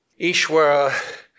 Ishwara